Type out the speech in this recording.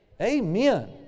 Amen